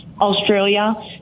australia